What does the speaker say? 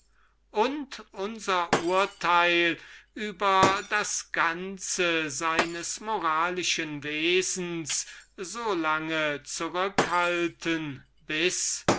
und unser urteil über das ganze seines moralischen wesens so lange zurückhalten bis